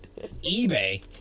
eBay